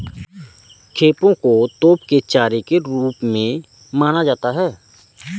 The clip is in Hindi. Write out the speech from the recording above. खेपों को तोप के चारे के रूप में माना जाता था